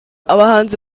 abahanzi